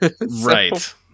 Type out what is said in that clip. Right